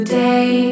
day